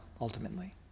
ultimately